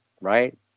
right